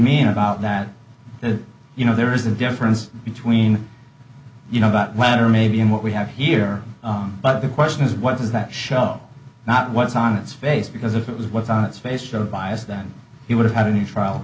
that that you know there is a difference between you know that letter maybe in what we have here but the question is what does that show not what's on its face because if it was what's on its face showed bias then he would have had a new trial